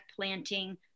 planting